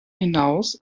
hinaus